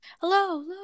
hello